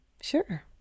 Sure